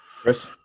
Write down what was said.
Chris